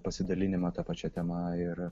pasidalinimą ta pačia tema yra